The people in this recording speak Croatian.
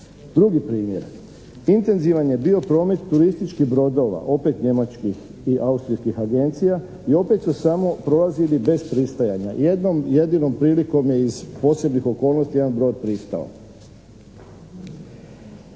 Drugi primjer. Intenzivan je bio promet turističkih brodova opet njemačkih i austrijskih agencija i opet su samo prolazili bez pristajanja. Jednom jedinom prilikom je iz posebnih okolnosti jedan brod pristao.